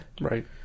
Right